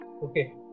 Okay